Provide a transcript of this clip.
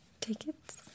tickets